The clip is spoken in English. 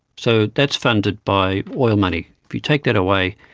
so that's funded by oil money. if you take that away,